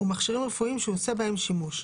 ומכשירים רפואיים שהוא עושה בהם שימוש.